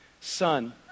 son